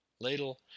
Ladle